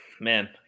man